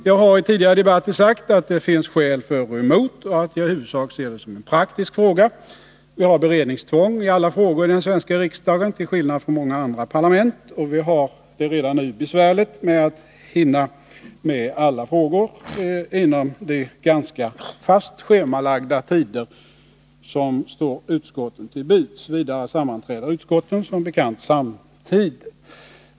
Jag har i tidigare debatter sagt att det finns skäl för och emot och att jag i huvudsak ser det som en praktisk fråga. Vi har beredningstvång i alla frågor i den svenska riksdagen, till skillnad från många andra parlament, och vi har det redan nu besvärligt med att hinna med alla frågor inom de ganska fast schemalagda tider som står utskotten till buds. Vidare sammanträder utskotten som bekant samtidigt.